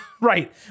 Right